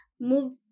move